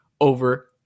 Over